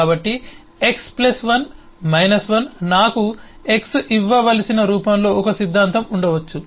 కాబట్టి x 1 1 నాకు x ఇవ్వవలసిన రూపంలో ఒక సిద్ధాంతం ఉండవచ్చు